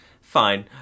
fine